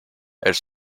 elles